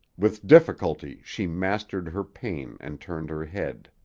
with difficulty she mastered her pain and turned her head.